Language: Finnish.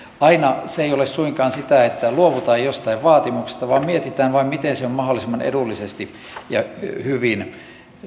aina se ei ole suinkaan sitä että luovutaan joistain vaatimuksista vaan mietitään vain miten se on mahdollisimman edullisesti ja hyvin